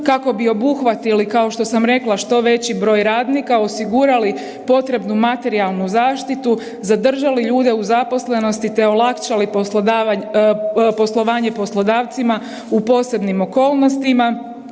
kako bi obuhvatili kao što sam rekla što veći broj radnika, osigurali potrebnu materijalnu zaštitu, zadržali ljude u zaposlenosti te olakšali poslovanje poslodavcima u posebnim okolnostima,